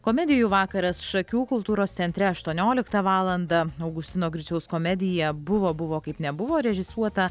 komedijų vakaras šakių kultūros centre aštuonioliktą valandą augustino griciaus komedija buvo buvo kaip nebuvo režisuota